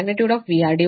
2 ಆಗಿದೆ